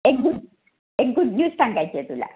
एक गु एक गुड न्यूज सांगायची आहे तुला